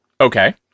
Okay